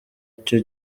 icyo